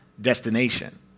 destination